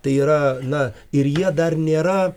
tai yra na ir jie dar nėra